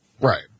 Right